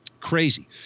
Crazy